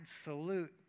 absolute